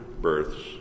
births